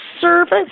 Service